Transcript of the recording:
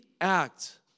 act